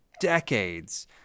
decades